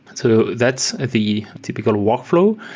so that's ah the typical workflow.